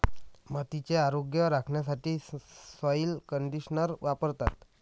मातीचे आरोग्य राखण्यासाठी सॉइल कंडिशनर वापरतात